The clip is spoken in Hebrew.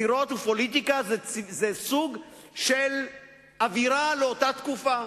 בחירות ופוליטיקה זה סוג של אווירה לאותה תקופה.